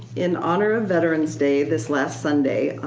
in honor of veterans day this last sunday